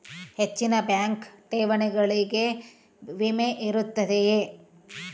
ಹೆಚ್ಚಿನ ಬ್ಯಾಂಕ್ ಠೇವಣಿಗಳಿಗೆ ವಿಮೆ ಇರುತ್ತದೆಯೆ?